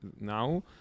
now